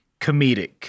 comedic